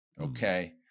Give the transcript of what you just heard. Okay